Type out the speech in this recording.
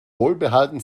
wohlbehalten